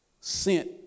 sent